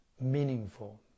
meaningful